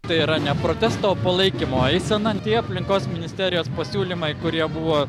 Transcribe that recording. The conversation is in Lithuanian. tai yra ne protesto o palaikymo eisena aplinkos ministerijos pasiūlymai kurie buvo